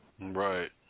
right